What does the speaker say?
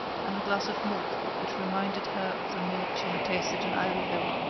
and a glass of milk which reminded her of the milk she had tasted in iberville.